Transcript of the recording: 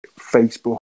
Facebook